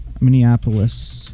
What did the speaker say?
Minneapolis